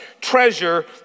treasure